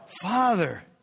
Father